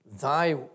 Thy